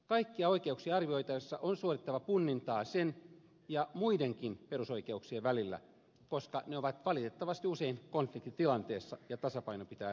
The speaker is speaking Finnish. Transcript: kaikkia oikeuksia arvioitaessa on suoritettava punnintaa sen ja muidenkin perusoikeuksien välillä koska ne ovat valitettavasti usein konfliktitilanteessa ja tasapaino pitää löytää